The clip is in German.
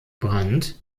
brandt